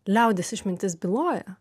liaudies išmintis byloja